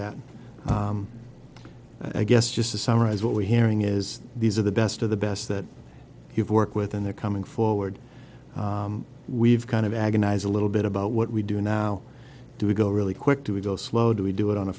that and i guess just to summarize what we're hearing is these are the best of the best that you've worked with and they're coming forward we've kind of agonize a little bit about what we do now do we go really quick do we go slow do we do it on a